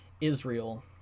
Israel